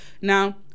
now